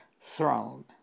throne